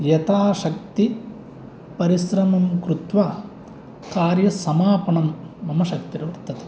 यताशक्तिपरिश्रमं कृत्वा कार्यसमापनं मम शक्तिर्वर्तते